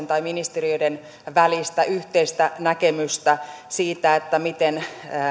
tai ministeriöiden välistä yhteistä näkemystä siitä miten